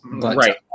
Right